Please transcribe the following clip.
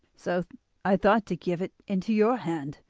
so i thought to give it into your hand,